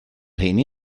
rheiny